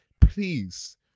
please